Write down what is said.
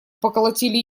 поколотили